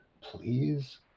please